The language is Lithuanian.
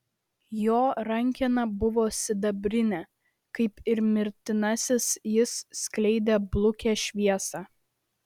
jo rankena buvo sidabrinė kaip ir mirtinasis jis skleidė blukią šviesą